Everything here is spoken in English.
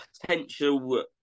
potential